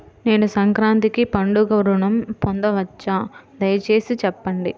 నేను సంక్రాంతికి పండుగ ఋణం పొందవచ్చా? దయచేసి చెప్పండి?